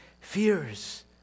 fears